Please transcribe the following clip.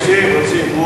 רוצים.